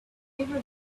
never